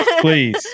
Please